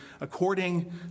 according